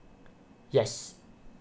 yes